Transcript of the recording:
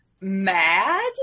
mad